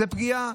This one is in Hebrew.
זו פגיעה.